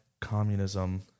communism